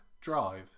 Drive